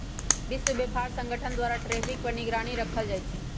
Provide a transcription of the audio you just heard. विश्व व्यापार संगठन द्वारा टैरिफ पर निगरानी राखल जाइ छै